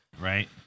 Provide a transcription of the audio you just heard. right